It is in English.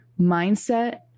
mindset